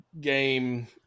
game